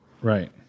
Right